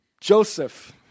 Joseph